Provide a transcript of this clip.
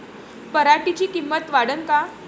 पराटीची किंमत वाढन का?